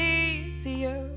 easier